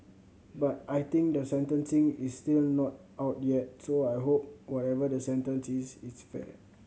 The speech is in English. but I think the sentencing is still not out yet so I hope whatever the sentence is it's fair